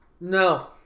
No